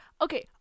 Okay